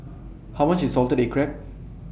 How much IS Salted Egg Crab